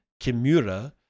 Kimura